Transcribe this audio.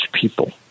people